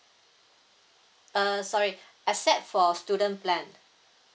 uh sorry except for student plan